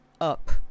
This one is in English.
up